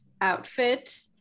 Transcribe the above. outfit